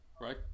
right